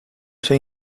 ser